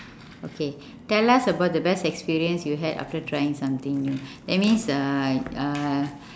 okay tell us about the best experience you had after trying something new that means uh uh